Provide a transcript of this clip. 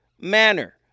manner